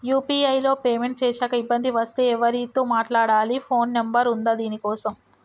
UPI లో payment చేశాక ఇబ్బంది వస్తే ఎవరితో మాట్లాడాలి? ఫోన్ నంబర్ ఉందా దీనికోసం?